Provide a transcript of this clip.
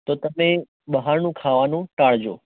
તો તમે બહારનું ખાવાનું ટાળજો